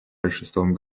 большинством